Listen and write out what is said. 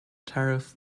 tariff